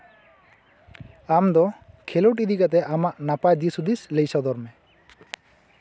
ᱟᱢ ᱫᱚ ᱠᱷᱮᱞᱳᱰ ᱤᱫᱤ ᱠᱟᱛᱮ ᱟᱢᱟᱜ ᱱᱟᱯᱟᱭ ᱫᱤᱥ ᱦᱩᱫᱤᱥ ᱞᱟᱹᱭ ᱥᱚᱫᱚᱨ ᱢᱮ